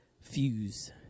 fuse